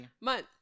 month